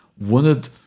wanted